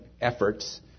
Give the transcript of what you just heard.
efforts